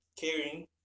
caring